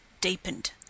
DEEPENED